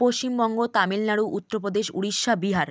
Paschimbanga Tamil Nadu Uttar Pradesh Orissa Bihar